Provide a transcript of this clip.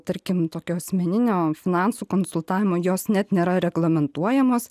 tarkim tokio asmeninio finansų konsultavimo jos net nėra reglamentuojamos